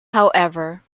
however